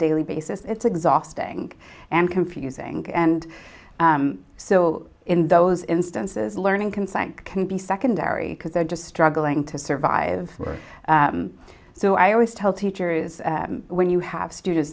daily basis it's exhausting and confusing and so in those instances learning consent can be secondary because they're just struggling to survive so i always tell teachers when you have students